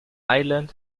island